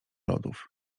lodów